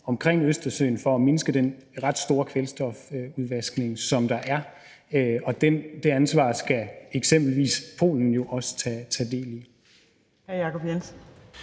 omkring Østersøen med at mindske den ret store kvælstofudvaskning, som der er. Det ansvar skal eksempelvis Polen jo også tage del i.